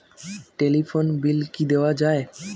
Telephone bill কি দেওয়া যায়?